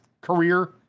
career